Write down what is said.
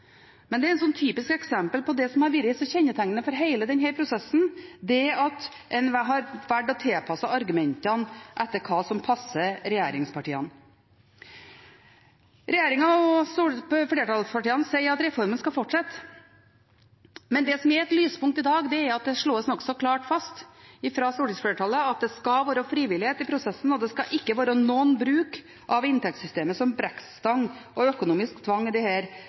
Men når folk lokalt ikke gjør som statsråden sier, sier statsråden at vi ikke må lytte til folk lokalt – vi må lytte til Stortinget. Det er et typisk eksempel på det som har vært kjennetegnet for hele denne prosessen: det at en har valgt å tilpasse argumentene etter hva som passer regjeringspartiene. Regjeringen og flertallspartiene sier at reformen skal fortsette. Men det som er et lyspunkt i dag, er at det av stortingsflertallet slås nokså klart fast at det skal være frivillighet i prosessen, og at det ikke skal være noen bruk av